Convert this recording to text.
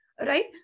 right